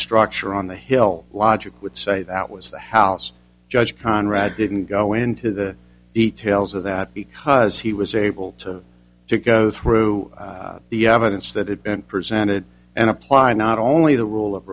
structure on the hill logic would say that was the house judge conrad didn't go into the details of that because he was able to go through the evidence that had been presented and apply not only the rule of